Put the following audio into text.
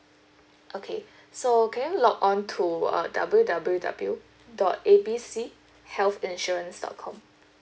okay so can you log on to uh W W W dot A B C health insurance dot com